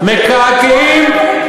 היום.